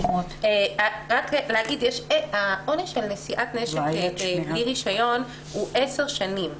רק להגיד העונש של נשיאת נשק בלי רישיון הוא 10 שנים.